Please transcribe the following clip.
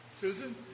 Susan